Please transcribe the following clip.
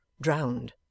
drowned